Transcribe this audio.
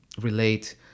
relate